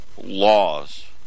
laws